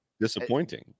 Disappointing